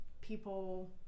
people